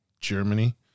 germany